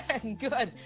Good